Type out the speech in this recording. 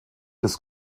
des